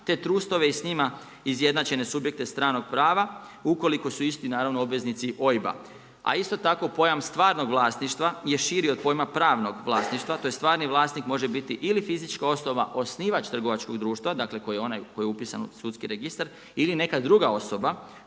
te trustove i s njima izjednačene subjekte stranog prava ukoliko su isti naravno obveznici OIB-a. A isto tako pojam stvarnog vlasništva je širi od pojma pravnog vlasništva, tj. stvarni vlasnik može biti ili fizička osoba osnivač trgovačkog društva, dakle onaj koji je upisan u sudski registar ili neka druga osoba